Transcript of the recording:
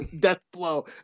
Deathblow